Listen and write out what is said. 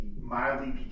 mildly